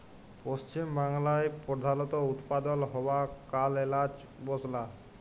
পশ্চিম বাংলায় প্রধালত উৎপাদল হ্য়ওয়া কাল এলাচ মসলা